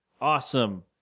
Awesome